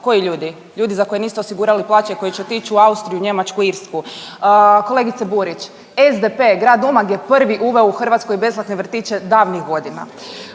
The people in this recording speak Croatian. Koji ljudi? Ljudi za koje niste osigurali plaće i koji će otići u Austriju, Njemačku, Irsku? Kolegice Burić, SDP, grad Umag je prvi uveo u Hrvatskoj besplatne vrtiće davnih godina.